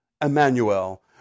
Emmanuel